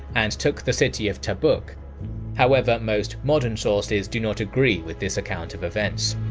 and took the city of tabuk. however, most modern sources do not agree with this account of events.